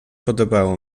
podobało